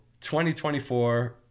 2024